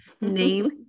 name